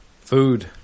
Food